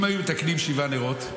אם היו מתקנים שבעה נרות,